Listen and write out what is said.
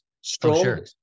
strong